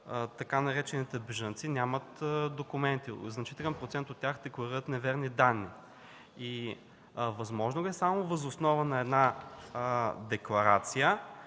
така наречените бежанци нямат документи? Значителен процент от тях декларират неверни данни. Възможно ли е само въз основа на една декларация,